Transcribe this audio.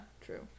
true